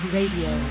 Radio